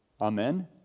Amen